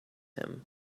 him